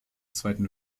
zweiten